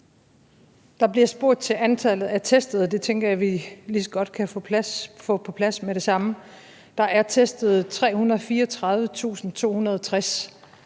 Der bliver spurgt til antallet af testede, og det tænker jeg at vi lige så godt kan få på plads med det samme. Der er testet 334.260